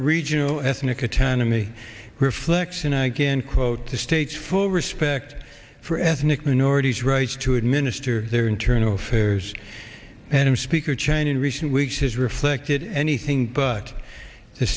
regional ethnic autonomy reflection i can quote the states full respect for ethnic minorities rights to administer their internal affairs and speaker change in recent weeks has reflected anything but the